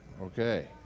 Okay